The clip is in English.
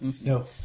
No